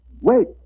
Wait